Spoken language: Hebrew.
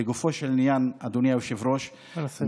לגופו של עניין, אדוני היושב-ראש, נא לסיים.